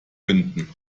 binden